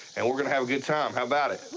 and we're gonna have a good time. how about it?